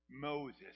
Moses